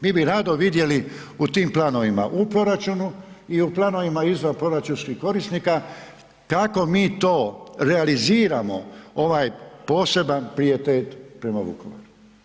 Mi bi rado vidjeli u tim planovima u proračunu i u planovima izvanproračunskih korisnika kako mi to realiziramo ovaj poseban pijetet prema Vukovaru.